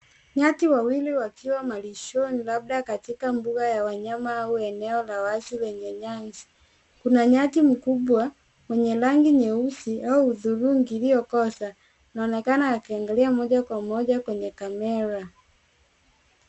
Nyati wawili wakiwa malishoni labda katika mbuga la wanyama au eneo la wazi lenye nyasi. Kuna nyati mkubwa mwenye rangi nyeusi au hudhurungi iliyokoza. Inaonekana akiangalia moja kwa moja kwenye kamera.